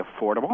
affordable